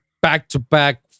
back-to-back